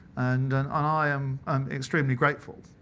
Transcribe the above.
and and and i am um extremely grateful.